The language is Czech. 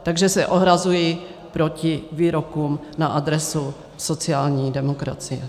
Takže se ohrazuji proti výrokům na adresu sociální demokracie.